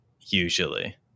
Usually